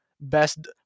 best